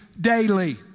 daily